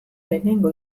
lehenengo